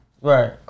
right